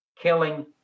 killing